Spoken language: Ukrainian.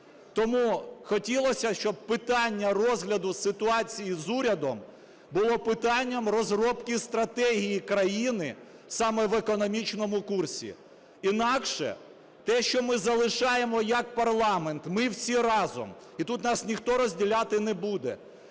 Тому хотілося, щоб питання розгляду ситуації з урядом було питанням розробки стратегії країни саме в економічному курсі. Інакше те, що ми залишаємо як парламент, ми всі разом, і тут нас ніхто розділяти не буде,